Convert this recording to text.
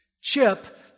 Chip